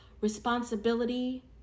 responsibility